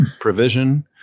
provision